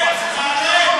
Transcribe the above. כן, כן, שתעלה.